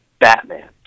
Batman